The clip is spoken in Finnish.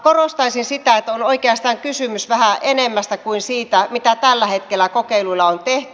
korostaisin sitä että on oikeastaan kysymys vähän enemmästä kuin siitä mitä tällä hetkellä kokeiluilla on tehty